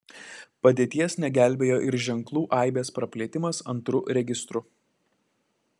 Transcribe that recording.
padėties negelbėjo ir ženklų aibės praplėtimas antru registru